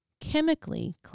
chemically